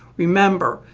remember,